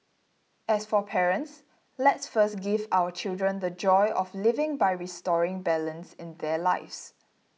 as for parents let's first give our children the joy of living by restoring balance in their lives